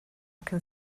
can